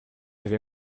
avez